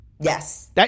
Yes